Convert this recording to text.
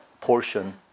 portion